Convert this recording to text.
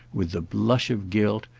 with the blush of guilt,